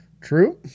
True